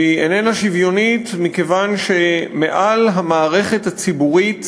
והיא איננה שוויונית מכיוון שמעל המערכת הציבורית